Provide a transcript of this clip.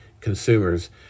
consumers